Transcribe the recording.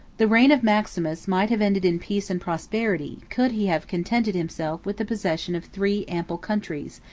the reign of maximus might have ended in peace and prosperity, could he have contented himself with the possession of three ample countries,